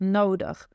nodig